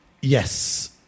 Yes